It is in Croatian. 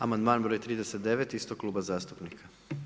Amandman broj 39 istog kluba zastupnika.